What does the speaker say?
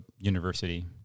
university